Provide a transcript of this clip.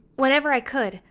whenever i could,